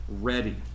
ready